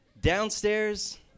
Downstairs